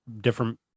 different